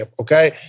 okay